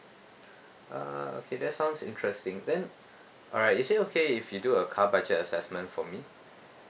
uh okay that sounds interesting then alright is it okay if you do a car budget assessment for me